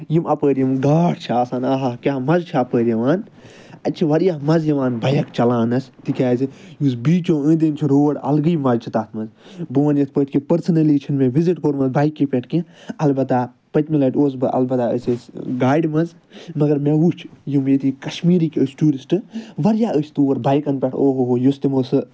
یِم اَپٲرۍ یِم گاش چھِ آسان آہا کیاہ مَزٕ چھُ اَپٲرۍ یِوان اَتہِ چھُ واریاہ مَزٕ یِوان بایِک چَلاونَس تِکیازِ یُس بیٖچو أندۍ أندۍ چھُ روڈ اَلگٕے مَزٕ چھُ تَتھ منٛز بہٕ وَنہٕ یِتھ پٲٹھۍ کہِ پٔرسٕنلی چھُنہٕ مےٚ وِزِٹ کوٚرمُت بایِکہِ پٮ۪ٹھ کیٚنہہ اَلبتہ پٔتۍمہِ لَٹہِ اوسُس بہٕ الَبتہ أسۍ ٲسۍ گاڑِ منٛز مَگر مےٚ وُچھ یِم ییٚتِکۍ کَشمیٖرٕکۍ ٲسۍ ٹوٗرِسٹ واریاہ ٲسۍ تور بایکَن پٮ۪ٹھ اوہ ہو ہو یُس تِمو سُہ